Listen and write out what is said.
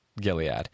Gilead